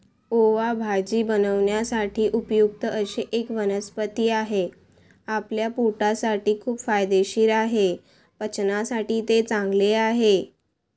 ओवा भाजी बनवण्यासाठी उपयुक्त अशी एक वनस्पती आहे, आपल्या पोटासाठी खूप फायदेशीर आहे, पचनासाठी ते चांगले आहे